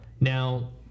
Now